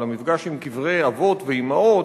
למפגש עם קברי אבות ואמהות,